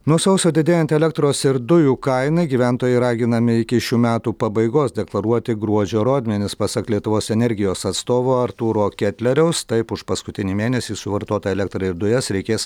nuo sausio didėjant elektros ir dujų kainai gyventojai raginami iki šių metų pabaigos deklaruoti gruodžio rodmenis pasak lietuvos energijos atstovo artūro ketleriaus taip už paskutinį mėnesį suvartotą elektrą ir dujas reikės